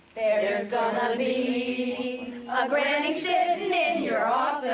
there's gonna be a granny sittin' in your